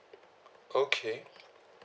okay